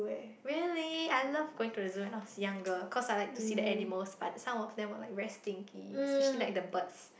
really I love going to the zoo when I was younger cause I like to see the animals but some of them were like very stinky especially like the birds